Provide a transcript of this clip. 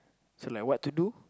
so like what to do